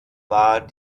war